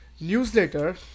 newsletter